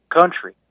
country